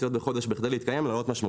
בדיוק כאן פיפלביז נכנסת לתמונה.